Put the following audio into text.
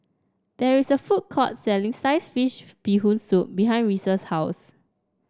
there is a food court selling Sliced Fish Bee Hoon Soup behind Reece's house